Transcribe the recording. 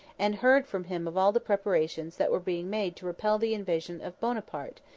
and heard from him of all the preparations that were being made to repel the invasion of buonaparte,